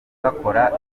bakora